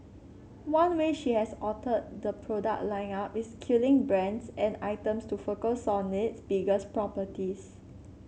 one way she has altered the product lineup is killing brands and items to focus on its biggest properties